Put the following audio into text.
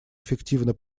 эффективно